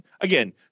again